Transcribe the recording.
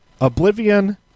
Oblivion